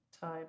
time